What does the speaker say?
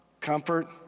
comfort